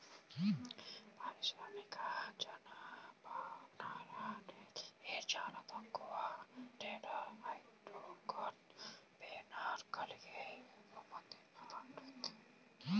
పారిశ్రామిక జనపనార అనేది చాలా తక్కువ టెట్రాహైడ్రోకాన్నబినాల్ కలిగి రూపొందించబడింది